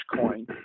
coin